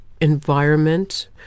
environment